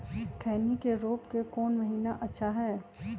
खैनी के रोप के कौन महीना अच्छा है?